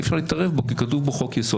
אי אפשר להתערב בו כי כתוב בו "חוק יסוד"?